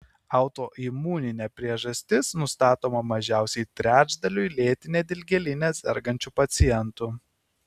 autoimuninė priežastis nustatoma mažiausiai trečdaliui lėtine dilgėline sergančių pacientų